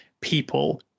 people